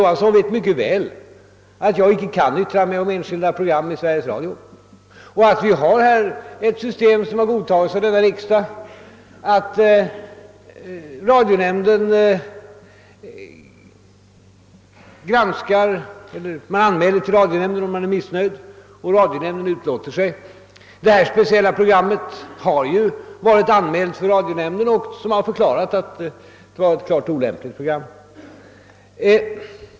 Han vet mycket väl att jag icke kan yttra mig om enskilda program i Sveriges Radio och att vi har ett system, godtaget av riksdagen, som innebär att man anmäler till radionämnden om man är missnöjd, varefter denna utlåter sig. Detta speciella program har ju varit anmält för radionämnden, som har förklarat att det var klart olämpligt.